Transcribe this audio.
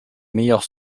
meilleurs